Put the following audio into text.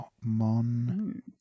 Mon